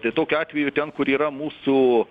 tai tokiu atveju ten kur yra mūsų